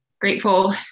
grateful